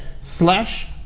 slash